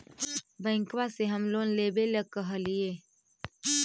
बैंकवा से हम लोन लेवेल कहलिऐ?